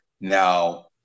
Now